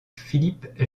philipp